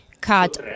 cut